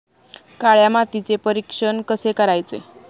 काळ्या मातीचे परीक्षण कसे करायचे?